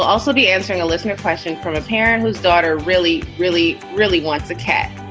also be answering a listener question from a parent whose daughter really, really, really wants a cat.